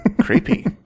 Creepy